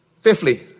Fifthly